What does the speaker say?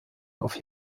auf